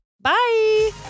Bye